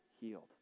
healed